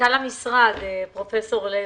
מנכ"ל המשרד פרופסור לוי,